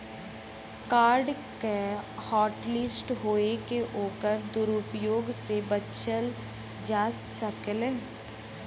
card के hotlist होये से ओकर दुरूप्रयोग से बचल जा सकलै